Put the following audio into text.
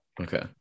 Okay